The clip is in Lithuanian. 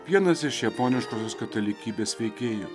vienas iš japoniškosios katalikybės veikėjų